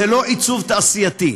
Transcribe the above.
ולא עיצוב תעשייתי.